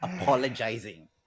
apologizing